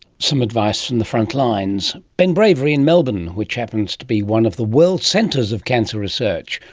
some advice from the frontlines ben bravery in melbourne, which happens to be one of the world centres of cancer research,